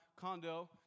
condo